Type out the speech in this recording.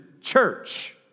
Church